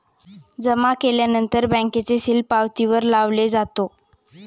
जमा केल्यानंतर बँकेचे सील पावतीवर लावले जातो